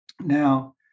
Now